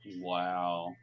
Wow